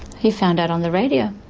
he found out on the radio,